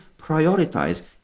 prioritize